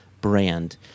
brand